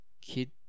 kid